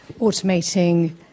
automating